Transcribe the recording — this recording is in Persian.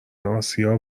آسیا